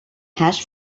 hash